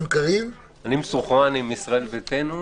מסונכרן עם ישראל ביתנו,